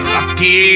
Rocky